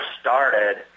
started